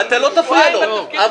אתה לא תפריע לו.